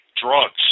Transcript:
drugs